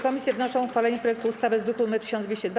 Komisje wnoszą o uchwalenie projektu ustawy z druku nr 1202.